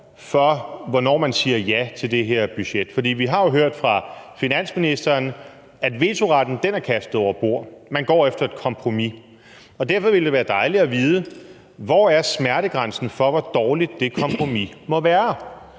for, hvornår man siger ja til det her budget. For vi har jo hørt fra finansministeren, at vetoretten er kastet over bord. Man går efter et kompromis. Og derfor ville det være dejligt at vide: Hvor er smertegrænsen for, hvor dårligt det kompromis må være?